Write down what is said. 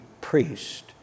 priest